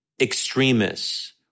extremists